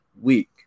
week